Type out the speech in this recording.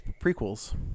prequels